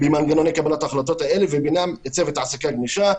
במנגנוני קבלת ההחלטות האלה וביניהם צוות העסקה גמישה,